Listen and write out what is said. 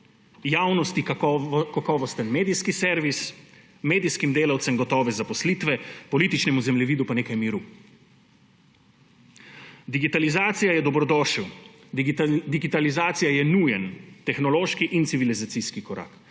javni in kakovosten medijski servis, medijskim delavcem gotove zaposlitve, političnemu zemljevidu pa nekaj miru. Digitalizacija je dobrodošel, digitalizacija je nujen tehnološki in civilizacijski korak,